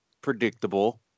predictable